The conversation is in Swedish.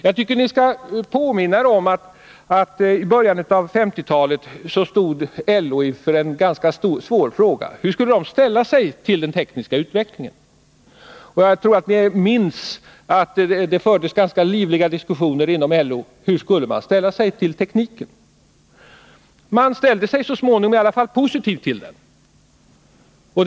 Jag tycker att ni skall påminna er om att LO i början av 1950-talet stod inför en ganska svår fråga. Hur skulle man då ställa sig till den tekniska utvecklingen? Jag tror att ni minns att det inom LO fördes ganska livliga diskussioner om det. Så småningom ställde sig LO positiv till tekniken.